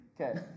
Okay